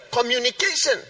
communication